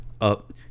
up